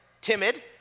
timid